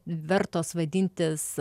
vertos vadintis